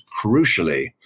crucially